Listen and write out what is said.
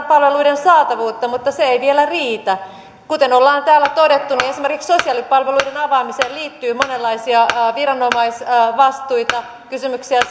palveluiden saatavuutta mutta se ei vielä riitä kuten ollaan täällä todettu niin esimerkiksi sosiaalipalveluiden avaamiseen liittyy monenlaisia viranomaisvastuita kysymyksiä